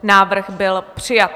Návrh byl přijat.